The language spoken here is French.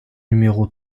numéro